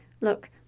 Look